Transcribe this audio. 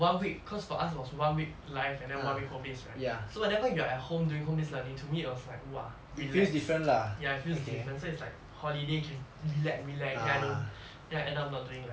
one week cause for us was one week live and then one week home based right so whenever you are at home doing home based learning to me it was like !wah! to relax ya it feels different so it's like holiday can relax relax then I don't then I end up not doing like